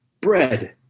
bread